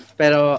pero